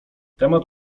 temat